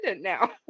now